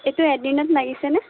এইটো এড্ৰিনাত লাগিছেনে